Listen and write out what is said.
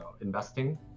investing